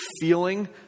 feeling